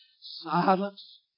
Silence